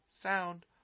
sound